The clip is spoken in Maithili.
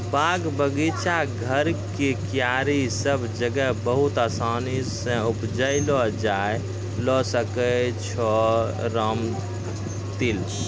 बाग, बगीचा, घर के क्यारी सब जगह बहुत आसानी सॅ उपजैलो जाय ल सकै छो रामतिल